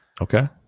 Okay